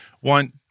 one